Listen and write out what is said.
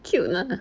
cute lah